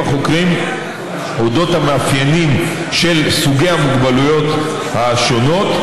החוקרים את המאפיינים של סוגי המוגבלויות השונות,